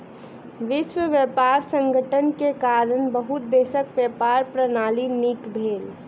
विश्व व्यापार संगठन के कारण बहुत देशक व्यापार प्रणाली नीक भेल